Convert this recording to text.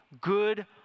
good